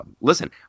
listen